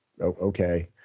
okay